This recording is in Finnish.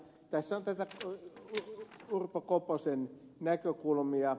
tässä on näitä urpo koposen näkökulmia